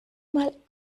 mal